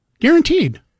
Guaranteed